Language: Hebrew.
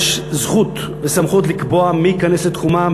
יש זכות וסמכות לקבוע מי ייכנס לתחומה,